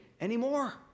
anymore